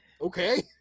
okay